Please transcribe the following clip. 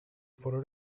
for